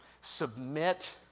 submit